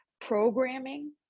programming